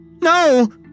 No